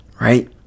Right